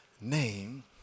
name